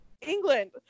England